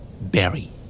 Berry